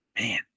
Man